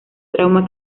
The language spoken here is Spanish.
trauma